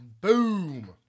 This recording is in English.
Boom